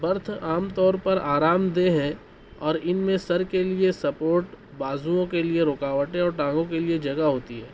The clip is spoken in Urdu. برتھ عام طور پر آرامدہ ہیں اور ان میں سر کے لیے سپورٹ بازوؤں کے لیے رکاوٹیں اور ٹانگوں کے لیے جگہ ہوتی ہے